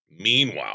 Meanwhile